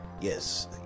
Yes